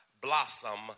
Blossom